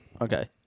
Okay